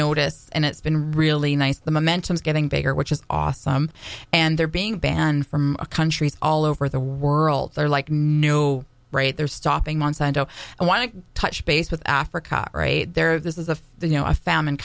noticed and it's been really nice the momentum is getting bigger which is awesome and they're being banned from countries all over the world they're like no right they're stopping monsanto i want to touch base with africa right there this is a you know a famine